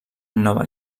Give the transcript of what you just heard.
nova